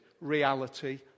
reality